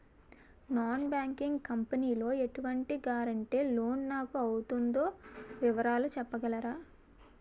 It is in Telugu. నాన్ బ్యాంకింగ్ కంపెనీ లో ఎటువంటి గారంటే లోన్ నాకు అవుతుందో వివరాలు చెప్పగలరా?